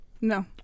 no